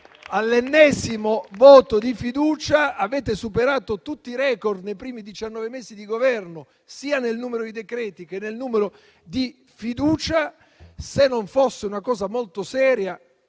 all'ennesimo voto di fiducia. Avete superato tutti i *record* nei primi diciannove mesi di Governo, sia nel numero di decreti-legge che nel numero di fiducie. Se non fosse una cosa molto seria,